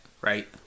Right